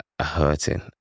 hurting